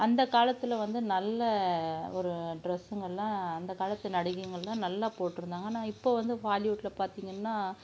அந்த காலத்தில் வந்து நல்ல ஒரு ட்ரெஸ்ஸுங்கள்லாம் அந்த காலத்து நடிகைங்கள்லாம் நல்லா போட்டிருந்தாங்க ஆனால் இப்போது வந்து பாலிவுட்ல பார்த்திங்கன்னா